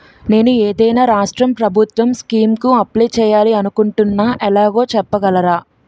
నేను ఏదైనా రాష్ట్రం ప్రభుత్వం స్కీం కు అప్లై చేయాలి అనుకుంటున్నా ఎలాగో చెప్పగలరా?